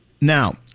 Now